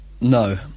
No